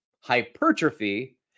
hypertrophy